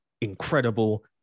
incredible